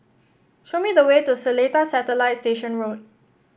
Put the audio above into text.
show me the way to Seletar Satellite Station Road